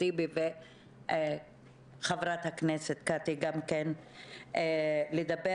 טיבי ולחברת הכנסת קטי שטרית לדבר.